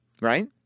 Right